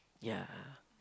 ya